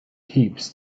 heaps